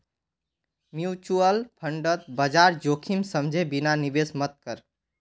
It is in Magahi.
म्यूचुअल फंडत बाजार जोखिम समझे बिना निवेश मत कर